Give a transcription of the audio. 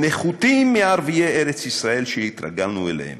הם נחותים מערביי ארץ ישראל שהתרגלנו אליהם,